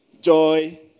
Joy